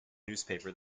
newspaper